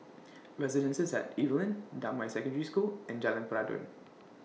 Residences At Evelyn Damai Secondary School and Jalan Peradun